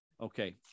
Okay